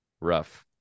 Rough